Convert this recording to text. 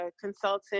consultant